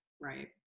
right